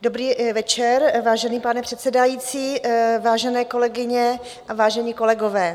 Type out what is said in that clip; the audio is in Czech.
Dobrý večer, vážený pane předsedající, vážené kolegyně, vážení kolegové.